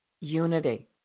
unity